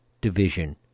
division